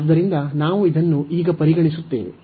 ಆದ್ದರಿಂದ ನಾವು ಇದನ್ನು ಈಗ ಪರಿಗಣಿಸುತ್ತೇವೆ